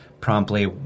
promptly